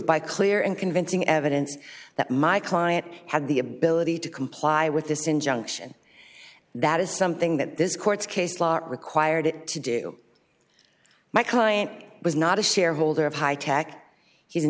by clear and convincing evidence that my client had the ability to comply with this injunction that is something that this court case law required it to do my client was not a shareholder of high tack he's an